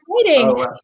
exciting